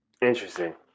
Interesting